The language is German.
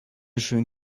schön